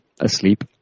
asleep